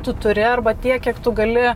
tu turi arba tiek kiek tu gali